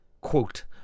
quote